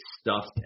stuffed